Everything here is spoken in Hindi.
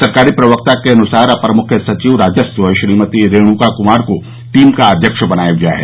सरकारी प्रवक्ता के अनुसार अपर मुख्य सचिव राजस्व श्रीमती रेणुका कुमार को टीम का अध्यक्ष बनाया गया है